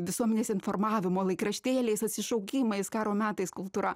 visuomenės informavimo laikraštėliais atsišaukimais karo metais kultūra